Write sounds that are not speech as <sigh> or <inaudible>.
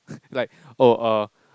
<laughs> like oh uh